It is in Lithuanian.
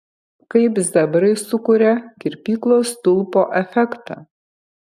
kaip zebrai sukuria kirpyklos stulpo efektą